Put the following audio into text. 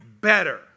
better